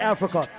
Africa